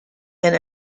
and